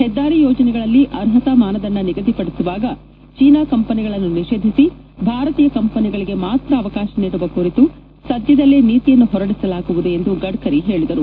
ಹೆದ್ದಾರಿ ಯೋಜನೆಗಳಲ್ಲಿ ಅರ್ಹತಾ ಮಾನದಂದ ನಿಗದಿಪಡಿಸುವಾಗ ಚೀನಾ ಕಂಪನಿಗಳನ್ನು ನಿಷೇಧಿಸಿ ಭಾರತೀಯ ಕಂಪನಿಗಳಿಗೆ ಮಾತ್ರ ಅವಕಾಶ ನೀಡುವ ಕುರಿತು ಸದ್ಯದಲ್ಲೇ ನೀತಿಯನ್ನು ಹೊರಡಿಸಲಾಗುವುದು ಎಂದು ಗಡ್ಕರಿ ಹೇಳಿದರು